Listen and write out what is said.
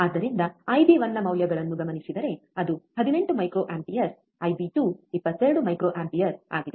ಆದ್ದರಿಂದ ಐಬಿ1 ನ ಮೌಲ್ಯಗಳನ್ನು ಗಮನಿಸಿದರೆ ಅದು 18 ಮೈಕ್ರೊಅಂಪಿಯರ್ ಐಬಿ2 22 ಮೈಕ್ರೊಅಂಪಿಯರ್ ಆಗಿದೆ